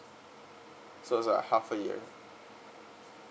so it's like half a year